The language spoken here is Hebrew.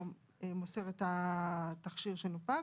או מוסר את התכשיר שנופק,